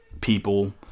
people